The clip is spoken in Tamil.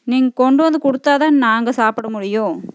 நீங்கள் கொண்டு வந்து கொடுத்தா தான் நாங்கள் சாப்பிட முடியும்